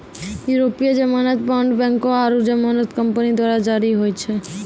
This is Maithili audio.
यूरोपीय जमानत बांड बैंको आरु जमानत कंपनी द्वारा जारी होय छै